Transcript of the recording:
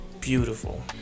beautiful